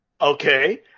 Okay